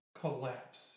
collapse